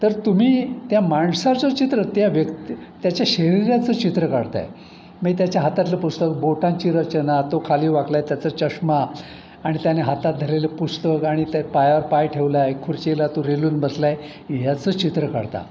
तर तुम्ही त्या माणसाचं चित्र त्या व्यक्त त्याच्या शरीराचं चित्र काढताय मये त्याच्या हातातलं पुस्तक बोटांची रचना तो खाली वाकला आहे त्याचा चष्मा आणि त्याने हातात धरलेलं पुस्तक आणि त्या पायावर पाय ठेवला आहे खुर्चीला तो रेलून बसला आहे ह्याचं चित्र काढताय